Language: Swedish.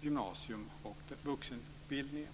gymnasiet och vuxenutbildningen.